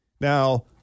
Now